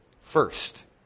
First